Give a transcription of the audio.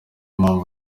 mpamvu